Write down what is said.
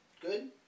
Good